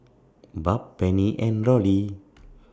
Barb Penny and Rollie